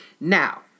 Now